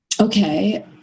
Okay